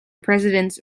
presidents